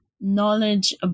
knowledge